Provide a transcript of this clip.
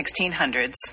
1600s